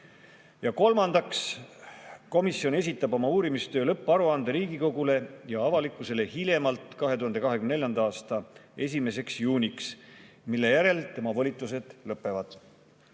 julgeolekule.3. Komisjon esitab oma uurimistöö lõpparuande Riigikogule ja avalikkusele hiljemalt 2024. aasta 1. juuniks, mille järel tema volitused lõpevad."